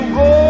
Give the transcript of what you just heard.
go